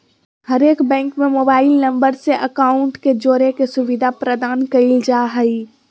हरेक बैंक में mobile number से अकाउंट के जोड़े के सुविधा प्रदान कईल जा हइ